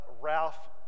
Ralph